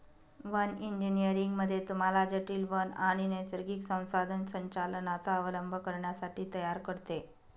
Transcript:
one engineering मध्ये तुम्हाला जटील वन आणि नैसर्गिक संसाधन संचालनाचा अवलंब करण्यासाठी तयार करते